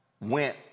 went